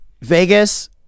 vegas